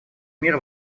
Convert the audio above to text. мир